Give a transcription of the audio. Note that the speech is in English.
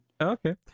Okay